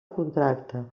contracte